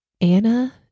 Anna